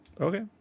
Okay